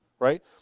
right